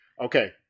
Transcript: Okay